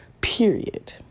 period